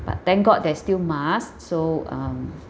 but thank god there's still masks so um